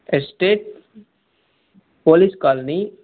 estate police colony